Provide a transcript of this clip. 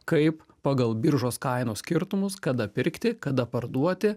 kaip pagal biržos kainos skirtumus kada pirkti kada parduoti